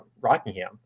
Rockingham